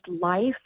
life